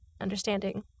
understanding